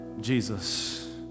Jesus